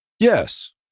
yes